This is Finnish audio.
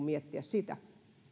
miettiä sitä